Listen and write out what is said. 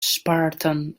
spartan